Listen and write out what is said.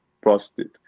prostate